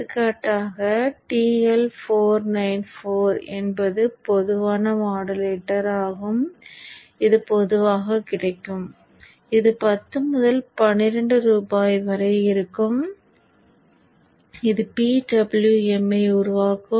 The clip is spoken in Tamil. எடுத்துக்காட்டாக TL494 என்பது ஒரு பொதுவான மாடுலேட்டராகும் இது பொதுவாகக் கிடைக்கும் இது 10 முதல் 12 ரூபாய் வரை இருக்கும் இது PWMஐ உருவாக்கும்